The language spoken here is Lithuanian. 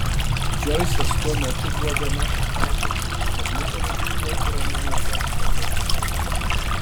džoisas tuo metu buvo bemaž apakęs tad nutarė diktuoti romano tekstą beketui